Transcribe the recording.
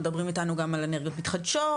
מדברים איתנו גם על אנרגיות מתחדשות,